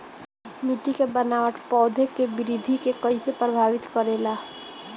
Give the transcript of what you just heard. मिट्टी के बनावट पौधों की वृद्धि के कईसे प्रभावित करेला?